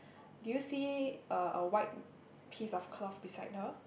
do you see uh a white piece of cloth beside her